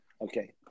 Okay